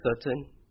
certain